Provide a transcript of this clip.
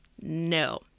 no